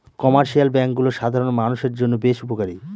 commercial ব্যাঙ্কগুলো সাধারণ মানষের জন্য বেশ উপকারী